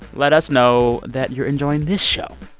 let us know that you're enjoying this show.